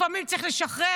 לפעמים צריך לשחרר.